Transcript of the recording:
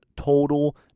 Total